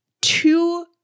Two